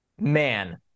man